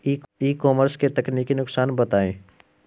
ई commerce के तकनीकी नुकसान बताएं?